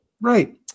Right